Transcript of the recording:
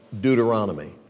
Deuteronomy